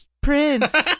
prince